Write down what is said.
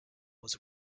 was